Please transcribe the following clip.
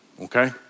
okay